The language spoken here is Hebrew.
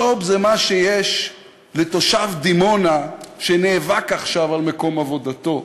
ג'וב זה מה שיש לתושב דימונה שנאבק עכשיו על מקום עבודתו.